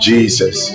Jesus